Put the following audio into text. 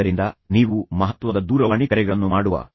ಆದ್ದರಿಂದ ನೀವು ಮಹತ್ವದ ದೂರವಾಣಿ ಕರೆಗಳನ್ನು ಮಾಡುವ ಕಲೆಯನ್ನು ಕಲಿಯುತ್ತೀರಿ